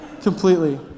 completely